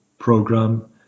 program